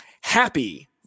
happy